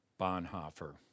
Bonhoeffer